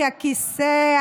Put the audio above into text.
כי הכיסא,